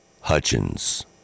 Hutchins